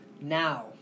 Now